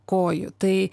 kojų tai